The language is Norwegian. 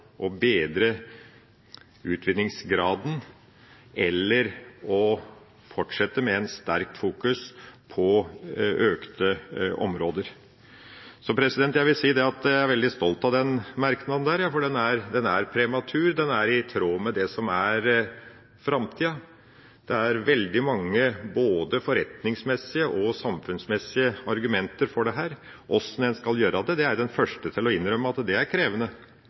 å bedre utvinningsgraden eller å fortsette med et sterkt fokus på økte områder. Jeg vil si at jeg er veldig stolt av den merknaden. Den er prematur, men den er i tråd med det som er framtida. Det er veldig mange både forretningsmessige og samfunnsmessige argumenter for dette. Hvordan en skal gjøre det, er jeg den første til å innrømme er krevende. Det er krevende. Men det er jo nettopp det som er essensen i oljepolitikken, at den har vært veldig krevende.